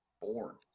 born